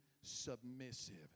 submissive